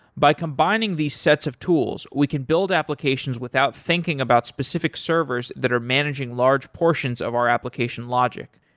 by combining these sets of tools, we can build applications without thinking about specific servers that are managing large portions of our application logic.